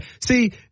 See